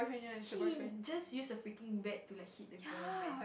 he just use the freaking bat to like hit the girl man